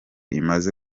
imaze